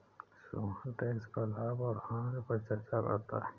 Sohan tax का लाभ और हानि पर चर्चा करता है